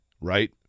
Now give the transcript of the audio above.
right